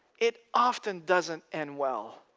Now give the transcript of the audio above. it often doesn't end well.